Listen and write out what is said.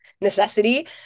Necessity